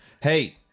hey